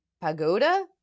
pagoda